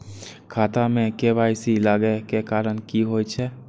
खाता मे के.वाई.सी लागै के कारण की होय छै?